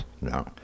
No